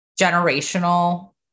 generational